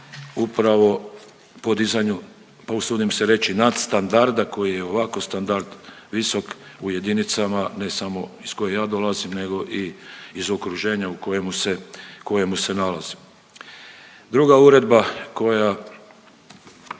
upravo podizanju, pa usudim se reći nadstandarda, koji je ovako standard visok u jedinicama ne samo iz koje ja dolazim nego i iz okruženja u kojemu se, kojemu se nalazi. Druga uredba koja,